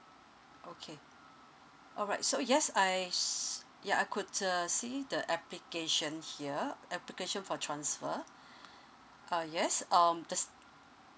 okay alright so yes I sh~ ya I could uh see the application here application for transfer uh yes um the